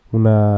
una